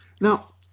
Now